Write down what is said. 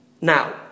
Now